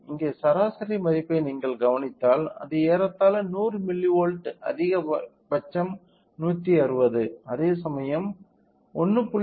இங்கே சராசரி மதிப்பை நீங்கள் கவனித்தால் அது ஏறத்தாழ 100 மில்லிவோல்ட் அதிகபட்சம் 160 அதேசமயம் 1